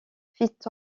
fit